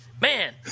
man